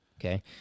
Okay